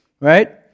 right